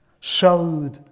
showed